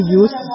use